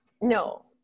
No